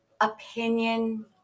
opinion